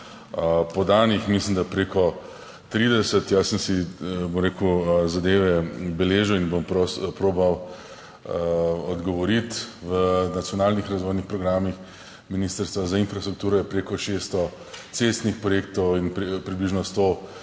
podanih, mislim, da preko 30, jaz sem si bom rekel zadeve beležil in bom probal odgovoriti. V nacionalnih razvojnih programih Ministrstva za infrastrukturo je preko 600 cestnih projektov in približno sto